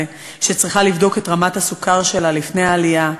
שצריכה לבדוק את רמת הסוכר שלה לפני העלייה,